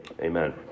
amen